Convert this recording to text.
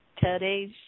Today's